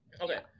Okay